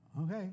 Okay